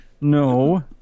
No